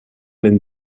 den